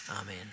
amen